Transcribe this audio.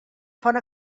font